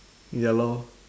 ya lor